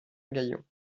gaillon